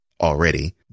already